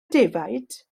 defaid